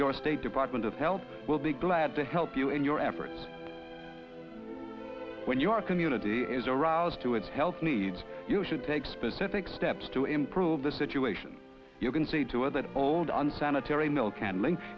your state department of health will be glad to help you in your efforts when your community is aroused to its health needs you should take specific steps to improve the situation you can see to it that old unsanitary milk